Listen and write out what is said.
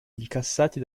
incassati